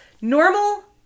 normal